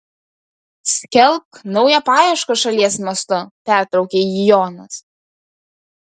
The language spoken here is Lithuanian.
skelbk naują paiešką šalies mastu pertraukė jį jonas